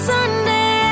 Sunday